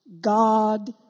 God